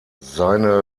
seine